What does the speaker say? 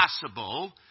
possible